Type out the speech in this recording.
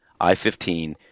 I-15